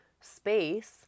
space